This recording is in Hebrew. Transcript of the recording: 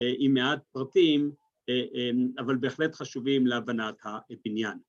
‫עם מעט פרטים, ‫אבל בהחלט חשובים להבנת העניין.